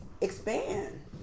expand